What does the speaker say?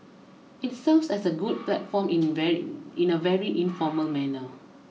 it serves as a good platform in very in a very informal manner